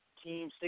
team